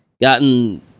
gotten